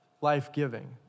life-giving